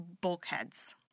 Bulkheads